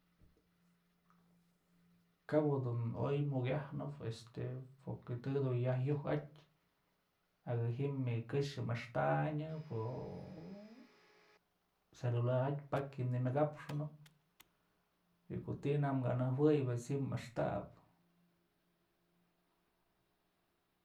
Kabë dun oy nukyajnëp este porque të dun yaj yuj atyë jakë ji'im yë këxë maxtanyëb o celular pakyë nëmyëkaxënëp y ko'o ti'i najk kë nëjuëy pues ji'im maxtap.